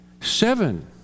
seven